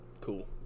Cool